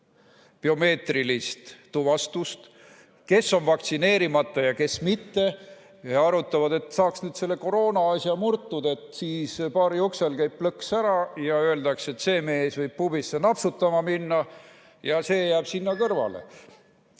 biomeetrilist tuvastust, kes on vaktsineerimata ja kes mitte, ja arutavad, et saaks nii selle koroonaasja murtud, baariuksel käib plõks ära ja öeldakse, et see mees võib pubisse napsutama minna ja see jääb kõrvale.